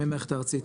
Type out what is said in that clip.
מהמערכת הארצית